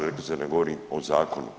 Rekli ste da ne govorim o zakonu.